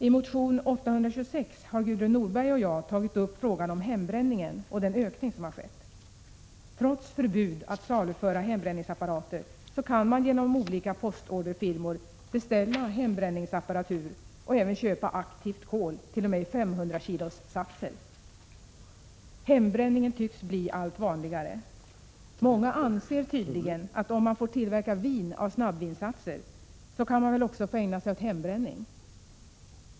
I motion 826 har Gudrun Norberg och jag tagit upp frågan om hembränningen och den ökning som har skett. Trots förbud att saluföra hembränningsapparater kan man hos olika postorderfirmor beställa hembränningsapparatur och även köpa aktivt kol, t.o.m. i 500-kilossatser. Hembränningen tycks bli allt vanligare. Många anser tydligen, att om man får tillverka vin av snabbvinssatser, kan man väl också få ägna sig åt hembränning.